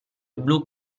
blu